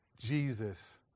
Jesus